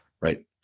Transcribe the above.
right